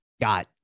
got